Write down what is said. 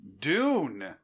Dune